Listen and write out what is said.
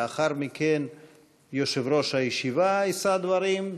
לאחר מכן יושב-ראש הישיבה יישא דברים,